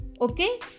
Okay